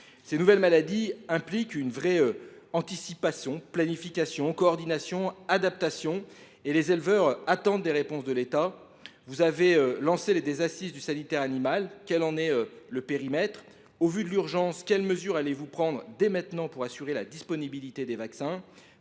Ces nouvelles maladies requièrent une véritable anticipation, une planification, une coordination, une adaptation, et les éleveurs attendent à ce titre des réponses de l’État. Vous avez lancé les assises du sanitaire animal. Quel en est le périmètre ? Au vu de l’urgence, quelles mesures allez vous prendre dès maintenant pour garantir la disponibilité des vaccins ?